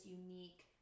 unique